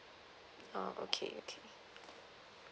uh okay okay